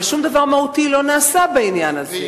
אבל שום דבר מהותי לא נעשה בעניין הזה.